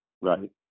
right